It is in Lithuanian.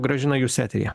gražina jūs eteryje